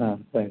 ಹಾಂ ಸರಿ